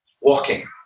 Walking